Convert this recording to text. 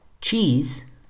cheese